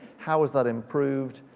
how has that improved?